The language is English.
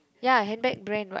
ya handbag brand what